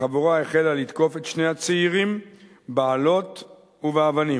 החבורה החלה לתקוף את שני הצעירים באלות ובאבנים.